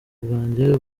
bwanjye